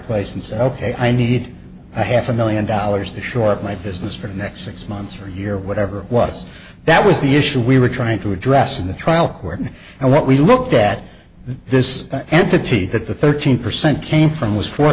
place and said ok i need a half a million dollars to shore up my business for the next six months or a year whatever it was that was the issue we were trying to address in the trial court and what we looked at this entity that the thirteen percent came from was four